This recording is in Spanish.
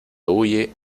huye